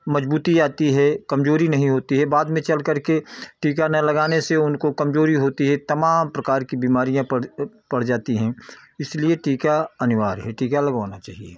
मज़बूती आती है कमज़ोरी नहीं होती है बाद में चलकर के टीका न लगाने से उनको कमज़ोरी होती है तमाम प्रकार की बीमारियाँ पड़ पड़ जाती हैं इसलिए टीका अनिवार्य है टीका लगवाना चाहिए